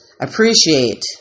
appreciate